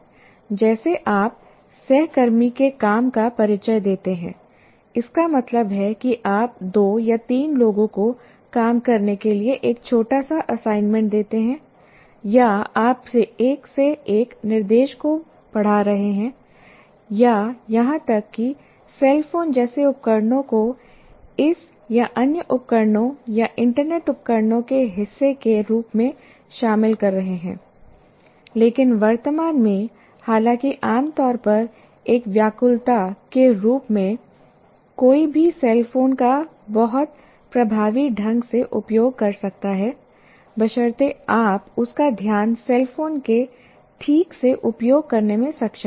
जैसे आप सहकर्मी के काम का परिचय देते हैं इसका मतलब है कि आप दो या तीन लोगों को काम करने के लिए एक छोटा सा असाइनमेंट देते हैं या आप एक से एक निर्देश को पढ़ा रहे हैं या यहां तक कि सेल फोन जैसे उपकरणों को इस या अन्य उपकरणों या इंटरनेट उपकरणों के हिस्से के रूप में शामिल कर रहे हैं लेकिन वर्तमान में हालांकि आमतौर पर एक व्याकुलता के रूप में कोई भी सेल फोन का बहुत प्रभावी ढंग से उपयोग कर सकता है बशर्ते आप उसका ध्यान सेल फोन के ठीक से उपयोग करने में सक्षम हों